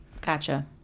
Gotcha